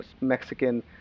Mexican